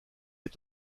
est